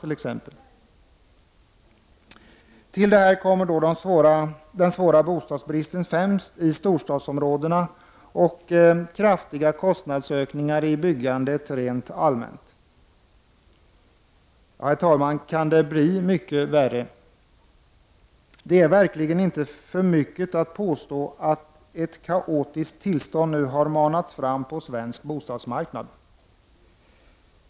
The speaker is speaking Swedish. Till det här kommer den svåra bostadsbristen, främst i storstadsområdena, och kraftiga kostnadsökningar i byggandet rent allmänt. Herr talman! Kan det bli mycket värre? Det är verkligen inte för mycket att påstå att ett kaotiskt tillstånd nu har åstadkommits på svensk bostadsmarknad.